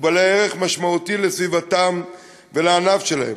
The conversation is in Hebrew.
והם בעלי ערך משמעותי לסביבתם ולענף שלהם.